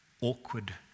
awkward